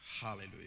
Hallelujah